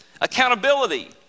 accountability